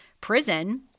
prison